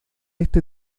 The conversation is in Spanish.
este